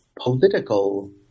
political